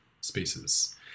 spaces